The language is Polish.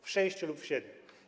W sześciu lub siedmiu.